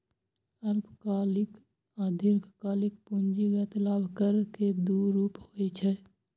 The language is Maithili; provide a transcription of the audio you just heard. अल्पकालिक आ दीर्घकालिक पूंजीगत लाभ कर के दू रूप होइ छै